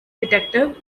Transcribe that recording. detective